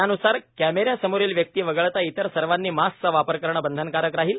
त्यान्सार कॅमे या समोरील व्यक्ती वगळता इतर सर्वानी मास्कचा वापर करणं बंधनकारक राहील